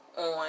on